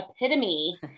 epitome